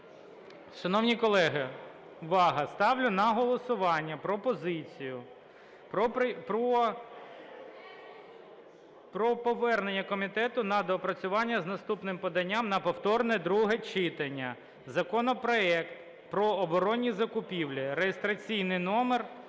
Шановні колеги, ставлю на голосування пропозицію про повернення комітету на доопрацювання з наступним поданням на повторне друге читання законопроект (реєстраційний номер